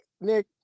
Nick